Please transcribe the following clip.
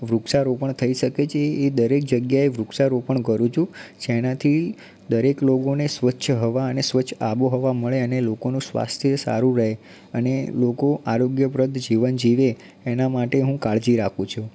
વૃક્ષારોપણ થઇ શકે છે એ દરેક જગ્યાએ વૃક્ષારોપણ કરું છું જેનાથી દરેક લોકોને સ્વચ્છ હવા અને સ્વચ્છ આબોહવા મળે અને લોકોનું સ્વાસ્થ્ય સારું રહે અને લોકો આરોગ્યપ્રદ જીવન જીવે એના માટે હું કાળજી રાખું છું